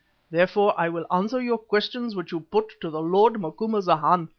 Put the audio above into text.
therefore i will answer your questions which you put to the lord macumazana,